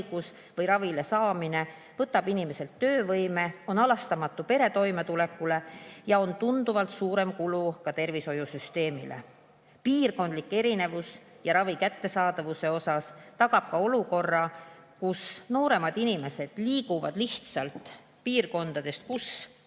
või ravile saamine võtab inimeselt töövõime, on halastamatu pere toimetulekule ja on tunduvalt suurem kulu ka tervishoiusüsteemile. Piirkondlik erinevus ravi kättesaadavuse osas tagab ka olukorra, kus nooremad inimesed liiguvad piirkondadest, kus